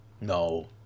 No